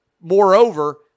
Moreover